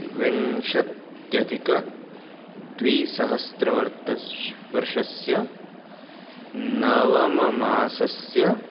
विंशत्यधिकद्विसहस्र वर्षस्य नवममासस्य